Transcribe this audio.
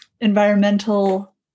environmental